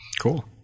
Cool